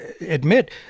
admit